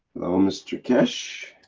mr. keshe.